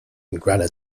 granite